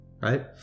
Right